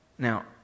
Now